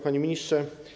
Panie Ministrze!